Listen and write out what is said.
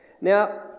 Now